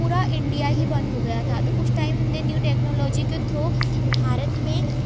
पूरा इंडिया ही बंद हो गया था तो उस टाइम हमने न्यू टेक्नोलॉजी के थ्रो भारत में